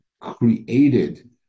created